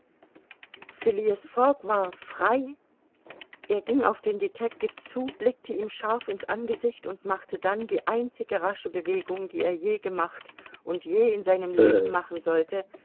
fogg war frei er ging auf den detectiv zu blickte ihm scharf in's angesicht und machte dann die einzige rasche bewegung die er je gemacht und je in seinem leben machen sollte